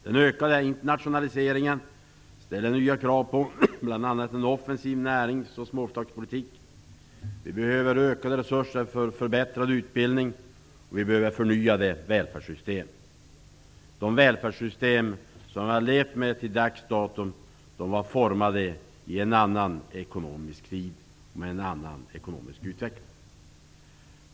Den ökade internationaliseringen ställer nya krav på bl.a. en offensiv närings och småföretagspolitik. Det behövs ökade resurser till en förbättrad utbildning, och det behövs förnyade välfärdssystem. De välfärdssystem som vi har levt med till dags dato var formade i en annan ekonomisk tid med en annan ekonomisk utveckling.